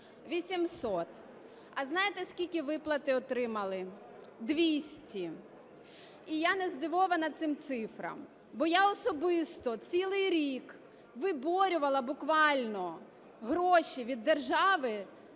800. А знаєте, скільки виплати отримали? 200. І я не здивована цим цифрам. Бо я особисто цілий рік виборювала буквально гроші від держави